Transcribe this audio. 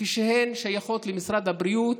כשהן שייכות למשרד הבריאות,